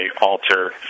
alter